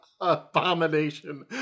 abomination